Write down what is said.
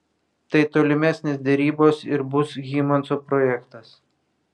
tai tolimesnės derybos ir bus hymanso projektas